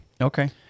Okay